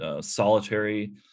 solitary